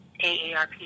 aarp